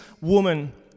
woman